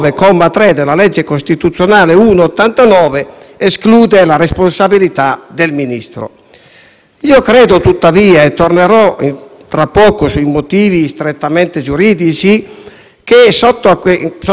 Credo tuttavia - e tornerò tra poco sui motivi strettamente giuridici - che, sotto sotto, questo dibattito riguardi altri aspetti, secondo quanto ho sentito dagli interventi dei colleghi.